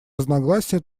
разногласия